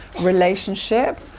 relationship